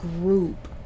group